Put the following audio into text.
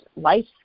life